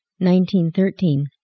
1913